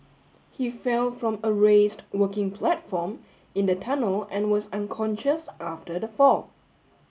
he fell from a raised working platform in the tunnel and was unconscious after the fall